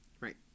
right